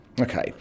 Okay